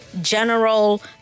General